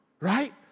right